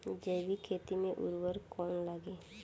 जैविक खेती मे उर्वरक कौन लागी?